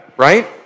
Right